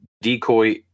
decoy